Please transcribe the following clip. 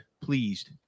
pleased